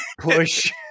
Push